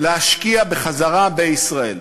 להשקיע בחזרה בישראל.